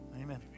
Amen